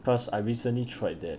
first I recently tried that